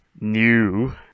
new